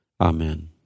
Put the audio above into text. Amen